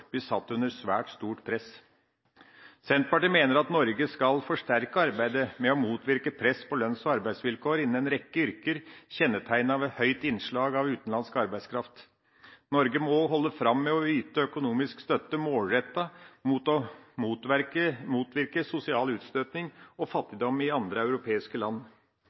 blir satt under svært stort press. Senterpartiet mener at Norge skal forsterke arbeidet med å motvirke press på lønns- og arbeidsvilkår innen en rekke yrker kjennetegnet ved høyt innslag av utenlandsk arbeidskraft. Norge må holde fram med å yte økonomisk støtte målrettet for å motvirke sosial utstøting og fattigdom i andre europeiske land.